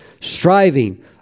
striving